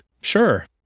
Sure